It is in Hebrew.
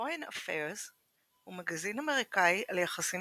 הפוריין אפיירס הוא מגזין אמריקאי על יחסים